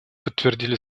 подтвердили